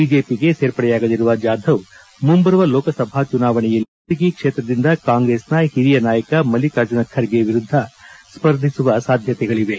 ಬಿಜೆಪಿಗೆ ಸೇರ್ಪಡೆಯಾಗಲಿರುವ ಜಾಧವ್ ಮುಂಬರುವ ಲೋಕಸಭಾ ಚುನಾವಣೆಯಲ್ಲಿ ಕಲಬುರಗಿ ಕ್ಷೇತ್ರದಿಂದ ಕಾಂಗ್ರೆಸ್ನ ಹಿರಿಯ ನಾಯಕ ಮಲ್ಲಿಕಾರ್ಜುನ ಖರ್ಗೆ ವಿರುದ್ದ ಸ್ವರ್ಧಿಸುವ ಸಾಧ್ಯತೆಗಳಿವೆ